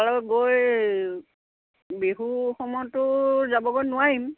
তালৈ গৈ বিহুৰ সময়ততো যাবগৈ নোৱাৰিম